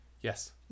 Yes